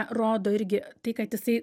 rodo irgi tai kad jisai